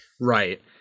Right